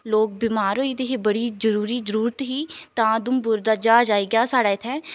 लोक बीमार होई दे हे बड़ी जरूरी जरूरत ही तां उधमपुर दा जहाज आई गेआ साढ़े इ'त्थें